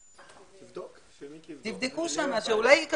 תוספת יחידות ל-2,650 יחידות דיור האלה.